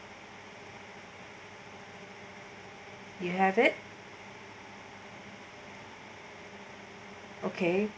you have it okay